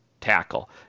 tackle